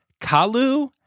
Kalu